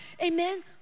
Amen